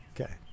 Okay